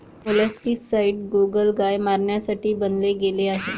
molluscicides गोगलगाय मारण्यासाठी बनवले गेले आहे